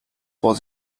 was